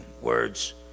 words